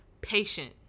patient